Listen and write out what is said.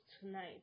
tonight